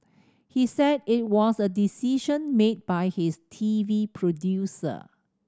he said it was a decision made by his T V producer